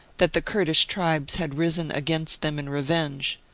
that the kurdish tribes had risen against them in revenge,